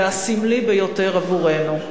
והסמלי ביותר עבורנו.